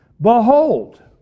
Behold